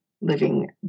living